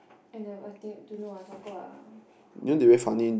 I never I think don't know I forgot ah